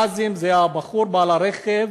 ג'מיל עזאם זה הבחור, בעל הרכב